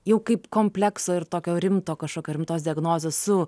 jau kaip komplekso ir tokio rimto kažkokio rimtos diagnozės su